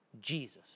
Jesus